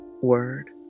word